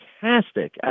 fantastic